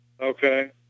Okay